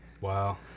Wow